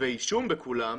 כתבי אישום בכולם,